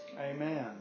Amen